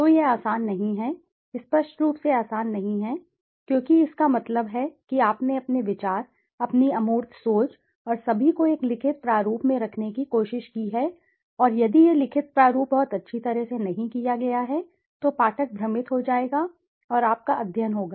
तो यह आसान नहीं है स्पष्ट रूप से आसान नहीं है क्योंकि इसका मतलब है कि आपने अपने विचार अपनी अमूर्त सोच और सभी को एक लिखित प्रारूप में रखने की कोशिश की है और यदि यह लिखित प्रारूप बहुत अच्छी तरह से नहीं किया गया है तो पाठक भ्रमित हो जाएगा और आपका अध्ययन होगा